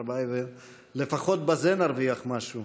הלוואי ולפחות בזה נרוויח משהו.